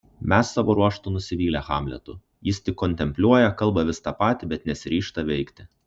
mes savo ruožtu nusivylę hamletu jis tik kontempliuoja kalba vis tą patį bet nesiryžta veikti